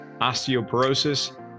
osteoporosis